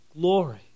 glory